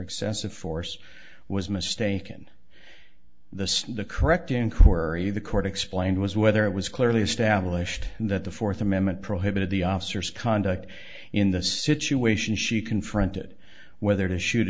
excessive force was mistaken the psni the correct inquiry the court explained was whether it was clearly established that the fourth amendment prohibited the officer's conduct in the situation she confronted whether to shoot